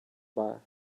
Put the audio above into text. bar